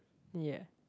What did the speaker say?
ya